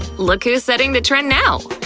look who's setting the trend now?